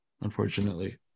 unfortunately